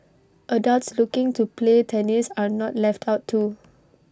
adults looking to play tennis are not left out too